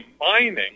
mining